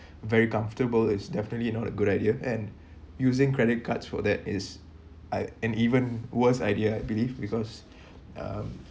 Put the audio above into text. very comfortable is definitely not a good idea and using credit cards for that is I an even worse idea I believe because um